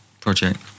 project